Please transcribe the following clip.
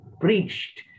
preached